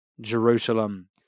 Jerusalem